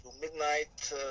midnight